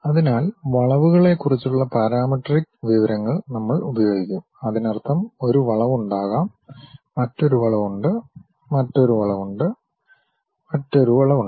അതിനാൽ വളവുകളെക്കുറിച്ചുള്ള പാരാമെട്രിക് വിവരങ്ങൾ നമ്മൾ ഉപയോഗിക്കും അതിനർത്ഥം ഒരു വളവുണ്ടാകാം മറ്റൊരു വളവുണ്ട് മറ്റൊരു വളവുണ്ട് മറ്റൊരു വളവുമുണ്ട്